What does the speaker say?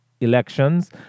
elections